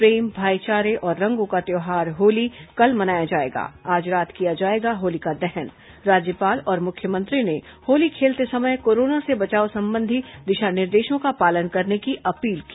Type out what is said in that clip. प्रेम भाईचारे और रंगों का त्यौहार होली कल मनाया जाएगा आज रात किया जाएगा होलिका दहन राज्यपाल और मुख्यमंत्री ने होली खेलते समय कोरोना से बचाव संबंधी दिशा निर्देशों का पालन करने की अपील की